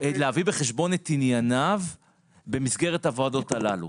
להביא בחשבון את ענייניו במסגרת הוועדות הללו.